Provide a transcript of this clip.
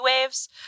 waves